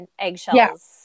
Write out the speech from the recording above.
eggshells